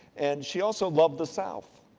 and, she also loved the south.